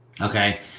Okay